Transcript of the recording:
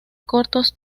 cortos